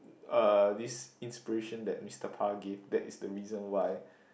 uh this inspiration that Mister-Pah gave that is the reason why